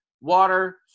water